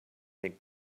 make